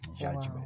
judgment